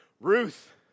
Ruth